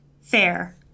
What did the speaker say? fair